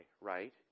right